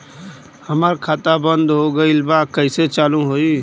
हमार खाता बंद हो गईल बा कैसे चालू होई?